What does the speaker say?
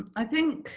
i think,